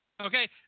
Okay